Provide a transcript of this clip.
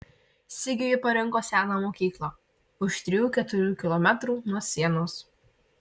sigiui ji parinko seną mokyklą už trijų keturių kilometrų nuo sienos